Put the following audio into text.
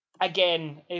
Again